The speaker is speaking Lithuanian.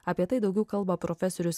apie tai daugiau kalba profesorius